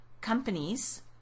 companies